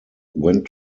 went